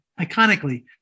iconically